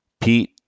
Pete